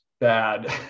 bad